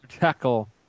tackle